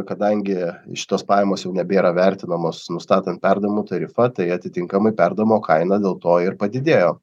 kadangi šitos pajamos jau nebėra vertinamos nustatant perdavimo tarifą tai atitinkamai perdavimo kaina dėl to ir padidėjo